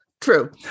True